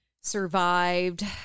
survived